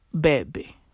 Baby